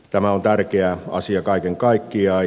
tämä on tärkeä asia kaiken kaikkiaan